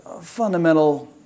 fundamental